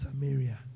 Samaria